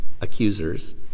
accusers